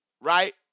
right